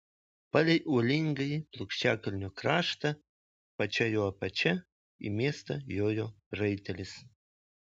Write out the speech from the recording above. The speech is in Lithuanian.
palei uolingąjį plokščiakalnio kraštą pačia jo apačia į miestą jojo raitelis